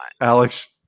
Alex